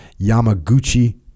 Yamaguchi